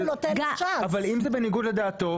אבל אם זה בניגוד לדעתו,